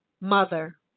Mother